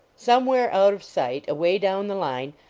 somewhere out of sight, away down the line,